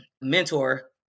mentor